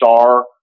star